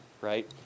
right